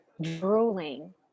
drooling